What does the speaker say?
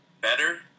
better